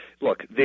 look